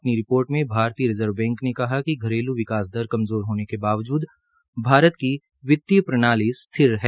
अपनी रिपोर्ट में भारतीय रिजर्व बैंकने कहा है कि घरेलू विकास दर कमज़ोर होने के बावजद् भारत की वित्तीय प्रणाली स्थिर है